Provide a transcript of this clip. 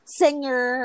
singer